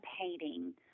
painting